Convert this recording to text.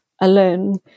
alone